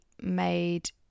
made